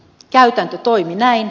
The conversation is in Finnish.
käytäntö toimi näin